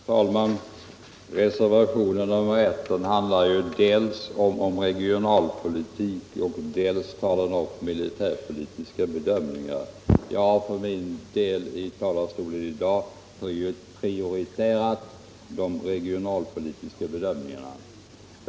Herr talman! Reservationen 1 handlar dels om regionalpolitik, dels om militärpolitiska bedömningar. Jag har för min del i talarstolen i dag prioriterat de regionalpolitiska bedömningarna.